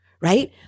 right